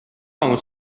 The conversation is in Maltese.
hawn